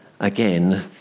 again